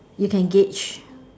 you can gauge